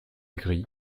gris